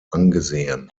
angesehen